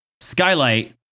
skylight